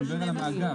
אני מדבר על המאגר.